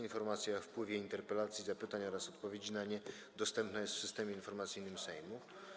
Informacja o wpływie interpelacji, zapytań oraz odpowiedzi na nie dostępna jest w Systemie Informacyjnym Sejmu.